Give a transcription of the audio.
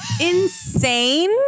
insane